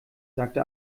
sagte